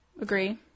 Agree